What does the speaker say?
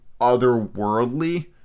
otherworldly